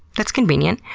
that's convenient.